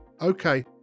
Okay